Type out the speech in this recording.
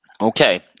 Okay